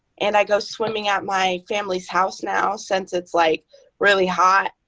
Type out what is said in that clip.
and i go swimming at my family's house now since it's like really hot.